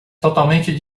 totalmente